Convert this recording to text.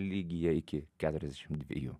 lygyje iki keturiasdešim dviejų